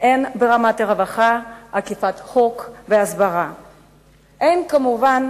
ברמת הרווחה, אכיפת החוק וההסברה, אך מובן